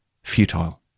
Futile